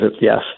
yes